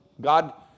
God